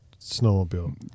snowmobile